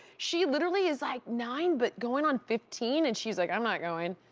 she literally is like nine, but going on fifteen. and she's like, i'm not going.